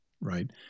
right